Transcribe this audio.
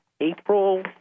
April